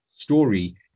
story